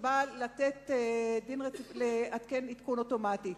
שנועדה לעדכן עדכון אוטומטי.